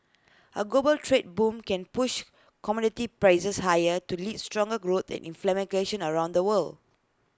A global trade boom can push commodity prices higher to lead stronger growth and around the world